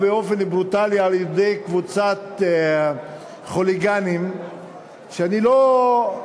באופן ברוטלי על-ידי קבוצת חוליגנים שאני לא,